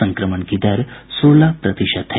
संक्रमण की दर सोलह प्रतिशत है